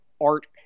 art